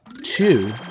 Two